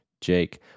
Jake